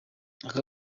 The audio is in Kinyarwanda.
aka